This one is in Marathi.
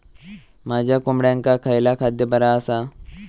माझ्या कोंबड्यांका खयला खाद्य बरा आसा?